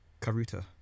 Karuta